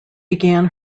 began